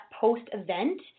post-event